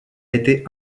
été